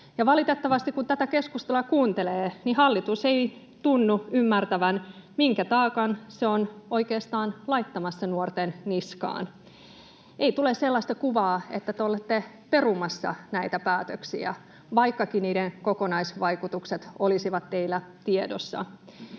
valitettavasti, kun tätä keskustelua kuuntelee, niin hallitus ei tunnu ymmärtävän, minkä taakan se on oikeastaan laittamassa nuorten niskaan. Ei tule sellaista kuvaa, että te olette perumassa näitä päätöksiä, vaikkakin niiden kokonaisvaikutukset olisivat teillä tiedossa.